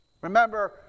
Remember